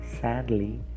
sadly